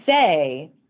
say –